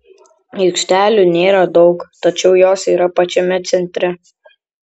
aikštelių nėra daug tačiau jos yra pačiame centre